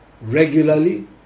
regularly